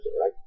right